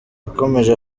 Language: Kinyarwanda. yakomeje